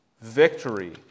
victory